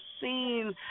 seen